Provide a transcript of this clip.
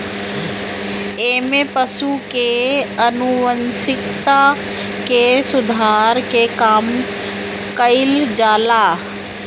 एमे पशु के आनुवांशिकता के सुधार के कामो कईल जाला